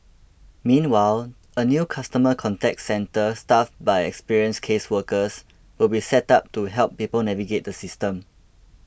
meanwhile a new customer contact centre staffed by experienced caseworkers will be set up to help people navigate the system